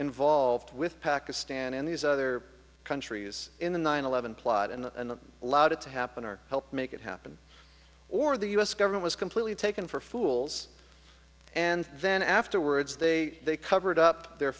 involved with pakistan in these other countries in the nine eleven plot and allowed it to happen or helped make it happen or the us government was completely taken for fools and then afterwards they they covered up the